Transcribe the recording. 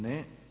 Ne.